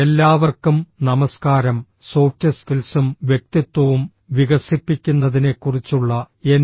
എല്ലാവർക്കും നമസ്കാരം സോഫ്റ്റ് സ്കിൽസും വ്യക്തിത്വവും വികസിപ്പിക്കുന്നതിനെക്കുറിച്ചുള്ള എൻ